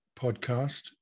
podcast